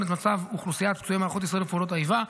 את מצב אוכלוסיית פצועי מערכות ישראל ופעולות האיבה,